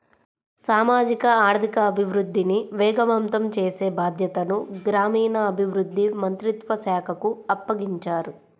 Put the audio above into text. సామాజిక ఆర్థిక అభివృద్ధిని వేగవంతం చేసే బాధ్యతను గ్రామీణాభివృద్ధి మంత్రిత్వ శాఖకు అప్పగించారు